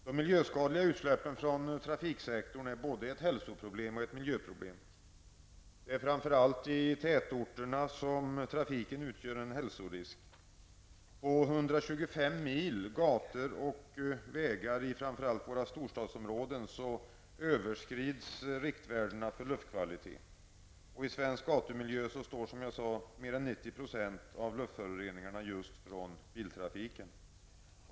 De miljöskadliga utsläppen från trafiksektorn är både ett hälsoproblem och ett miljöproblem. Det är framför allt i tätorterna som trafiken utgör en hälsorisk. På 125 mil gator och vägar, i framför allt storstadsområdena, överskrids riktvärdena för luftkvalitet. I en svensk gatumiljö står, som jag sade, bilarna för mer än 90 % av luftföroreningarna.